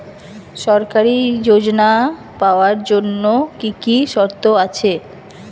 সরকারী যোজনা পাওয়ার জন্য কি কি শর্ত আছে?